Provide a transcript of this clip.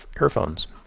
earphones